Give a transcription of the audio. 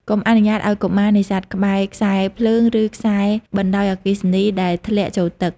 កុំអនុញ្ញាតឱ្យកុមារនេសាទក្បែរ ខ្សែភ្លើង ឬខ្សែបណ្តាញអគ្គិសនីដែលធ្លាក់ចូលទឹក។